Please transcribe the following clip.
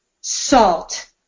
salt